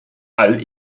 all